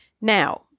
Now